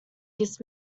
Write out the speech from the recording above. gives